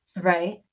Right